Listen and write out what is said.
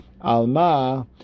Alma